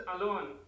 alone